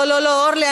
לא, לא, לא, אורלי.